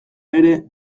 ere